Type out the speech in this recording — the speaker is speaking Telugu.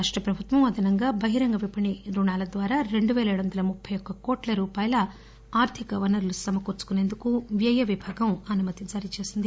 రాష్ట ప్రభుత్వం అదనంగా బహిరంగ విపణి రుణాల ద్వారా రెండు పేల ఏడు వందల ముప్పయి ఒక్క కోట్ల రూపాయల ఆర్థిక వనరులు సమకూర్చుకుసేందుకు వ్యయ విభాగం అనుమతి జారీ చేసింది